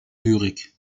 lyrik